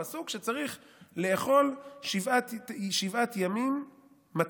כתוב בפסוק שצריך לאכול שבעת ימים מצות,